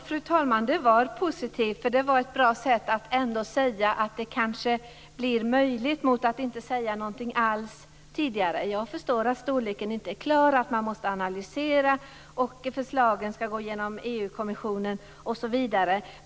Fru talman! Ja, det var positivt, för det var ett bra sätt att ändå säga att det här kanske blir möjligt - detta jämfört med att tidigare inte säga någonting alls. Jag förstår att detta med storleken ännu inte är klart och att man måste analysera, att förslagen skall passera EU-kommissionen osv.